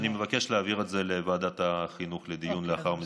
אני מבקש להעביר את זה לדיון לוועדת החינוך לאחר מכן,